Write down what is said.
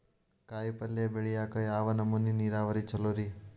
ಕಾಯಿಪಲ್ಯ ಬೆಳಿಯಾಕ ಯಾವ ನಮೂನಿ ನೇರಾವರಿ ಛಲೋ ರಿ?